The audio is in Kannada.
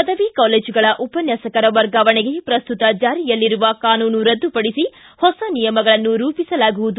ಪದವಿ ಕಾಲೇಜುಗಳ ಉಪನ್ಯಾಸಕರ ವರ್ಗಾವಣೆಗೆ ಪ್ರಸ್ತುತ ಜಾರಿಯಲ್ಲಿರುವ ಕಾನೂನು ರದ್ದುಪಡಿಸಿ ಹೊಸ ನಿಯಮಗಳನ್ನು ರೂಪಿಸಲಾಗುವುದು